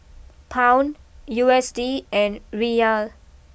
Pound U S D and Riyal